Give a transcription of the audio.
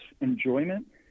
enjoyment